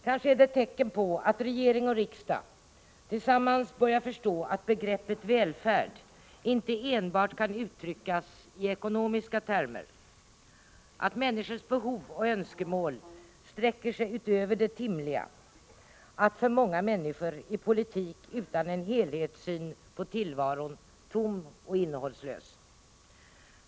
Kanske är det ett tecken på att regering och riksdag tillsammans börjar förstå att begreppet välfärd inte enbart kan uttryckas i ekonomiska termer, att människors behov och önskemål sträcker sig utöver det timliga, att för många människor är politik utan en helhetssyn på tillvaron tom och innehållslös.